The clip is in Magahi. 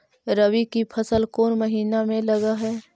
रबी की फसल कोन महिना में लग है?